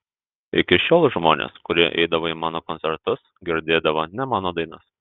iki šiol žmonės kurie eidavo į mano koncertus girdėdavo ne mano dainas